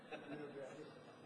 מוזרויות.